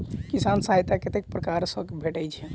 किसान सहायता कतेक पारकर सऽ भेटय छै?